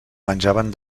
menjaven